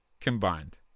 combined